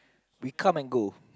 we come and go